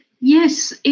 Yes